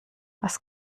was